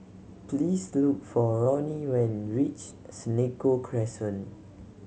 please look for Roni when reach Senoko Crescent